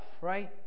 right